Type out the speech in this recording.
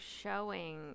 showing